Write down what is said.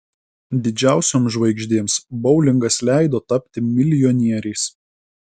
didžiausioms žvaigždėms boulingas leido tapti milijonieriais